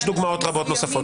יש דוגמאות רבות נוספות.